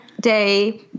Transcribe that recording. day